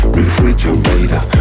refrigerator